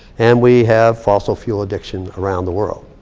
and we have fossil fuel addiction around the world.